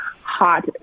hot